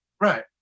Right